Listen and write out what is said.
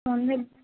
সন্ধ্যে